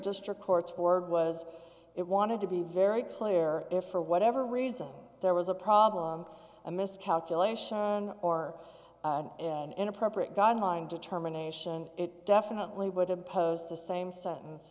word was it wanted to be very clear if for whatever reason there was a problem a miscalculation or an inappropriate guideline determination it definitely would impose the same sentence